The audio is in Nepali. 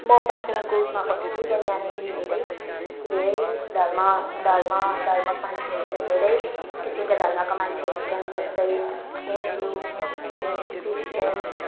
म बाख्राकोटमा बस्छु र यहाँनिर धेरै धेरै धर्म धर्म धर्मपन्थी हरू छ धेरै किसिमका धर्मका मान्छेहरू छन् जस्तै हिन्दू मुस्लिम क्रिस्चियन